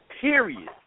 period